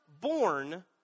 born